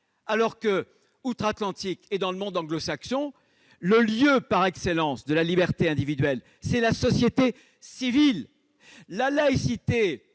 alors que, outre-Atlantique et dans le monde anglo-saxon en général, le lieu par excellence de la liberté individuelle, c'est la société civile. La laïcité